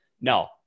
No